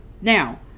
now